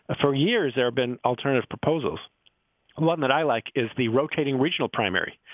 ah for years, there have been alternative proposals. and one that i like is the rotating regional primary.